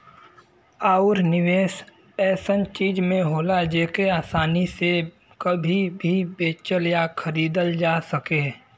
आउर निवेस ऐसन चीज में होला जेके आसानी से कभी भी बेचल या खरीदल जा सके